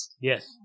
Yes